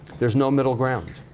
there's no middle ground.